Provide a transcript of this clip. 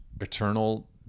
eternal